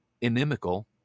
inimical